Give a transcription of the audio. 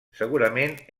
segurament